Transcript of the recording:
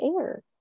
air